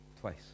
twice